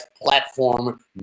platform